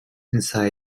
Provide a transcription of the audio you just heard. inside